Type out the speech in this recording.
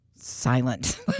silent